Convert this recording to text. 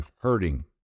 hurting